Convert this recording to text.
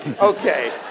Okay